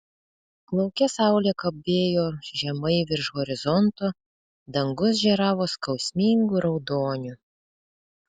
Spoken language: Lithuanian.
lauke saulė kabėjo žemai virš horizonto dangus žėravo skausmingu raudoniu